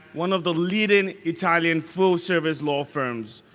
one of the leading italian full service law firms.